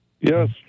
Yes